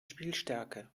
spielstärke